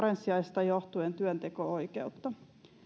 karenssiajasta johtuen työnteko oikeutta